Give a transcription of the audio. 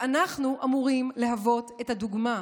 ואנחנו אמורים להוות דוגמה.